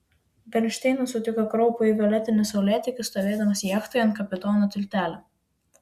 bernšteinas sutiko kraupųjį violetinį saulėtekį stovėdamas jachtoje ant kapitono tiltelio